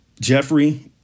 Jeffrey